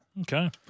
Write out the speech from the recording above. Okay